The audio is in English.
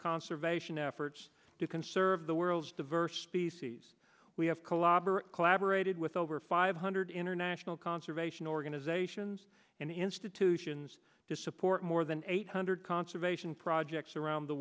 conservation efforts to serve the world's diverse species we have kolob or collaborated with over five hundred international conservation organizations and institutions to support more than eight hundred conservation projects around the